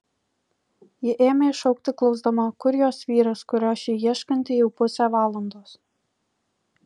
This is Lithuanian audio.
ji ėmė šaukti klausdama kur jos vyras kurio ši ieškanti jau pusę valandos